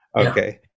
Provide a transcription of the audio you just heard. Okay